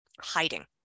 hiding